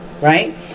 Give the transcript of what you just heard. right